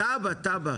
עם תב"ע, תב"ע?